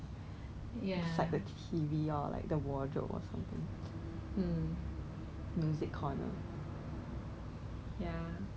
没有他 the other half 就放在另外一个 bottle lor then 就 continue actually 他们 save 很多 cost leh